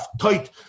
tight